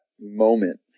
moment